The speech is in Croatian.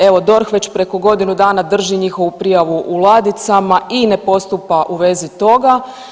Evo, DORH već preko godinu dana drži njihovu prijavu u ladicama i ne postupa u vezi toga.